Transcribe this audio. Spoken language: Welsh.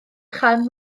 chan